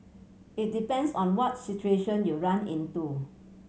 it depends on what situation you run into